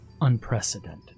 unprecedented